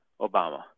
Obama